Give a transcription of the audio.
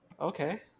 Okay